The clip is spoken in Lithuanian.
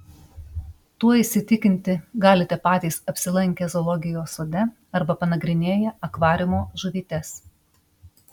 tuo įsitikinti galite patys apsilankę zoologijos sode arba panagrinėję akvariumo žuvytes